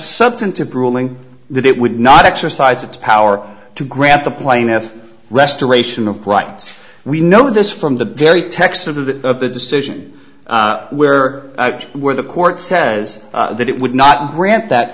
substantive ruling that it would not exercise its power to grant the plaintiff restoration of crites we know this from the very text of the of the decision where were the court says that it would not grant that